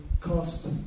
cost